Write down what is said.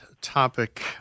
topic